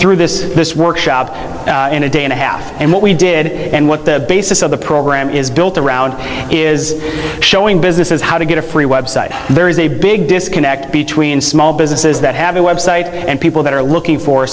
through this this workshop in a day and a half and what we did and what the basis of the program is built around is showing businesses how to get a free website there is a big disconnect between small businesses that have a website and people that are looking